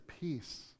peace